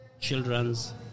children's